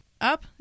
up